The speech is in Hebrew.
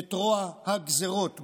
את רוע הגזרות בכנסת,